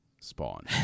Spawn